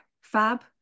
fab